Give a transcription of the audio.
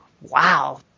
wow